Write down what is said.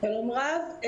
שלום רב.